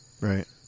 Right